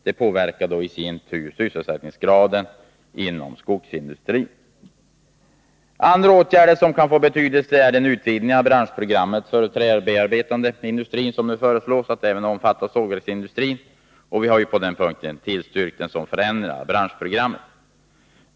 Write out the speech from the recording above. Det påverkar i sin tur sysselsättningsgraden i skogsindustrin. En annan åtgärd som kan få betydelse är den utvidgning av branschprogrammet för den träbearbetande industrin som nu föreslås omfatta även sågverksindustrin. Vi har ju tillstyrkt en sådan förändring av branschprogrammet.